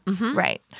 Right